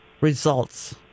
results